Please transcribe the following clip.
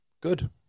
good